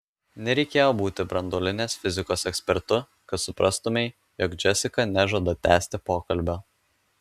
nereikėjo būti branduolinės fizikos ekspertu kad suprastumei jog džesika nežada tęsti pokalbio